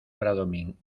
bradomín